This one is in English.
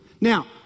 Now